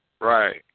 Right